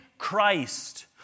christ